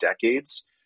decades